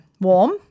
warm